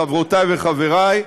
חברותי וחברי,